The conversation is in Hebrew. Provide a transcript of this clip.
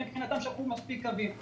מבחינתם הם שלחו מספיק קווים.